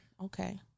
Okay